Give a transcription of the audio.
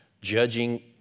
judging